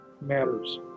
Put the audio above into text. matters